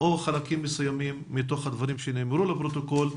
או חלקים מסוימים מתוך הדברים שנאמרו לפרוטוקול,